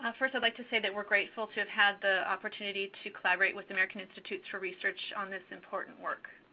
ah first, i'd like to say that we're grateful to have had the opportunity to collaborate with the american institutes for research on this important work.